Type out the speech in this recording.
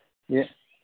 ये